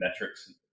metrics